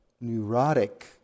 neurotic